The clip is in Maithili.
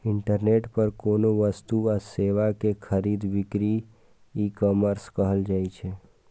इंटरनेट पर कोनो वस्तु आ सेवा के खरीद बिक्री ईकॉमर्स कहल जाइ छै